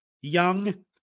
young